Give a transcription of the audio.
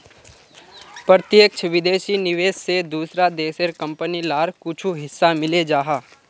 प्रत्यक्ष विदेशी निवेश से दूसरा देशेर कंपनी लार कुछु हिस्सा मिले जाहा